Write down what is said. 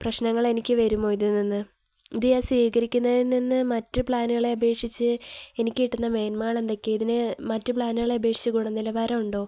പ്രശ്നങ്ങളെനിക്കു വരുമോ ഇതിൽ നിന്ന് ഇതു ഞാൻ സ്വീകരിക്കുന്നതിൽനിന്ന് മറ്റു പ്ലാനുകളെ അപേക്ഷിച്ച് എനിക്കു കിട്ടുന്ന മേൻമകൾ എന്തൊക്കെയാണ് ഇതിനു മറ്റു പ്ലാനുകളെ അപേക്ഷിച്ചു ഗുണനിലവാരമുണ്ടോ